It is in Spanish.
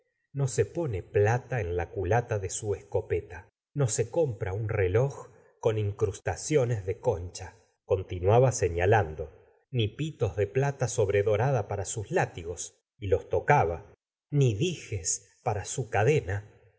no se pone plata en la culata de su escopeta no se compra un reloj con incrustaciones de concha continuaba señalando ni pitos de plata sobredorada para sus látigos y los tocabn ni dijes para su cadena